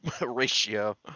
Ratio